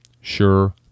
Sure